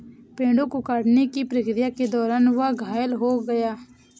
पेड़ों को काटने की प्रक्रिया के दौरान वह घायल हो गया